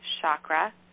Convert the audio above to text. chakra